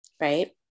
right